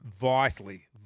vitally